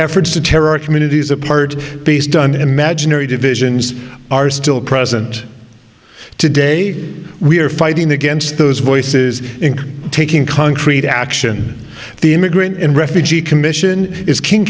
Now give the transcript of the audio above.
efforts to tear our communities apart based on imaginary divisions are still present today we are fighting against those voices in taking concrete action the immigrant and refugee commission is king